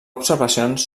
observacions